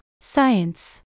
science